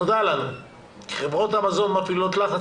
נודע לנו כי חברות המזון מפעילות לחץ